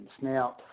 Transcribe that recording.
Now